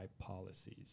policies